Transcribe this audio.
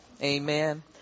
Amen